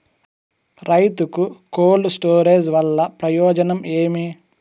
రైతుకు cold storage వల్ల ప్రయోజనం ఏమి?